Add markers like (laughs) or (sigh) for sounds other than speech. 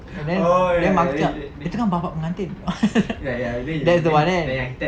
then mak aku cakap itu kan bapa pengantin (laughs) that's the one kan